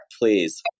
please